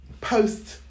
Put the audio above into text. post